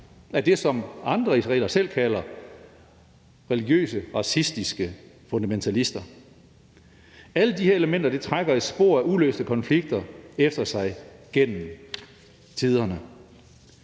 af det, som andre israelere selv kalder religiøse, racistiske fundamentalister. Alle de her elementer trækker et spor af uløste konflikter efter sig gennem tiderne.